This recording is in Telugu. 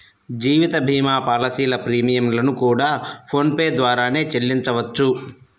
జీవిత భీమా పాలసీల ప్రీమియం లను కూడా ఫోన్ పే ద్వారానే చెల్లించవచ్చు